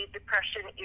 Depression